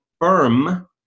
firm